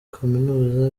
kaminuza